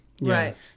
Right